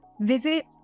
visit